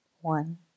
One